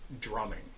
drumming